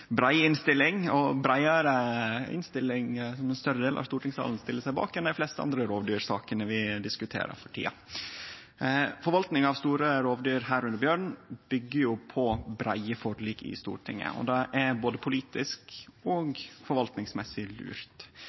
ei innstilling som er breiare, og som ein større del av stortingssalen stiller seg bak, enn i dei fleste andre rovdyrsakene vi diskuterer for tida. Forvalting av store rovdyr, under dei bjørn, byggjer på breie forlik i Stortinget. Det er både politisk og forvaltingsmessig lurt.